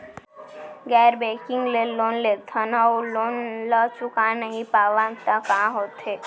गैर बैंकिंग ले लोन लेथन अऊ लोन ल चुका नहीं पावन त का होथे?